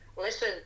listen